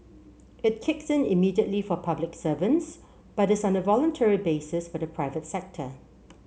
it kicks in immediately for public servants but is on a voluntary basis for the private sector